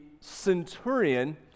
centurion